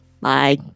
Bye